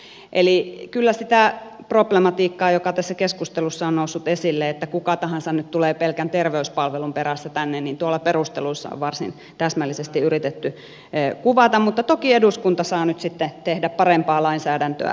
eli kyllä sitä problematiikkaa joka tässä keskustelussa on noussut esille että kuka tahansa nyt tulee pelkän terveyspalvelun perässä tänne niin tuolla perusteluissa on varsin täsmällisesti yritetty kuvata mutta toki eduskunta saa nyt sitten tehdä parempaa lainsäädäntöä tältäkin osin